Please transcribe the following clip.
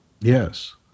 Yes